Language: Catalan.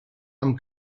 amb